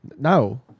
No